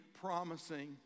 promising